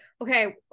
Okay